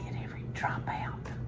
every drop out.